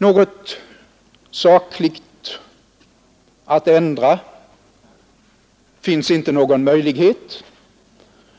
Det finns inte någon möjlighet att sakligt ändra detta,